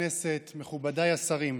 השרים,